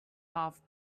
half